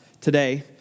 today